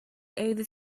over